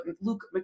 Luke